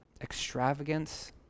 extravagance